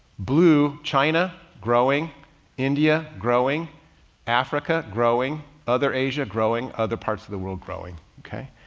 blue china, growing india, growing africa, growing other asia, growing other parts of the world growing. okay.